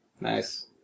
Nice